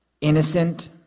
innocent